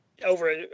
Over